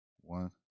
one